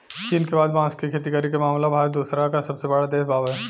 चीन के बाद बांस के खेती करे के मामला में भारत दूसरका सबसे बड़ देश बावे